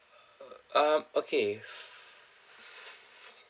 um okay